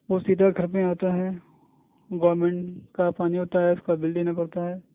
وہ سیدھا گھر پہ آتا ہے گورنمنٹ کا پانی ہوتا ہے اس کا بل دینا پڑتا ہے